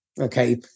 okay